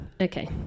okay